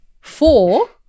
Four